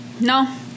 No